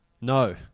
No